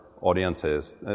audiences